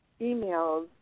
emails